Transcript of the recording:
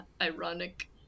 ironic